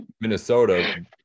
Minnesota